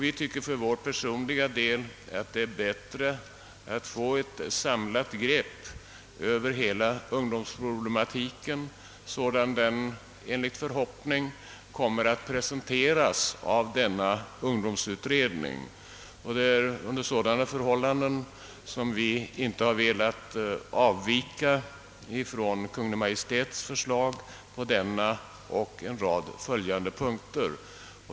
Vi tycker för vår del att det är bättre att få ett samlat grepp över hela ungdomsproblematiken sådan den enligt vår förhoppning kommer att presenteras av denna ungdomsutredning. Under sådana förhållanden har vi inte velat avvika från Kungl. Maj:ts förslag på denna och en rad följande punkter.